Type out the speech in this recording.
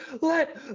let